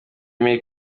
mille